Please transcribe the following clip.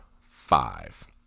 five